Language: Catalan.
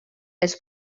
els